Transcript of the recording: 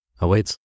awaits